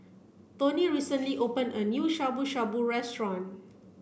Toni recently open a new Shabu Shabu restaurant